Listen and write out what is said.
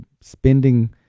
spending